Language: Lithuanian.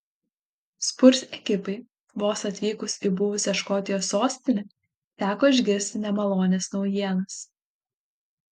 spurs ekipai vos atvykus į buvusią škotijos sostinę teko išgirsti nemalonias naujienas